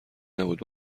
نبود